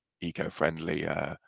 eco-friendly